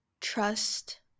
trust